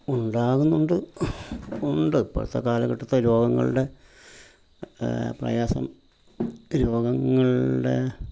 ഉണ്ടാകുന്നുണ്ട് ഉണ്ട് ഇപ്പോഴത്തെ കാലഘട്ടത്തെ രോഗങ്ങളുടെ പ്രയാസം രോഗങ്ങളുടെ